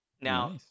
Now